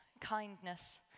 kindness